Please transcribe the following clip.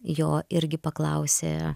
jo irgi paklausė